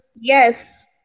Yes